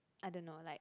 I don't know like